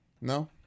No